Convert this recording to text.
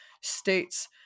states